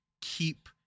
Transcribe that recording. keep